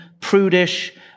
prudish